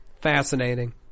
fascinating